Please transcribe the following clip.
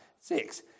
six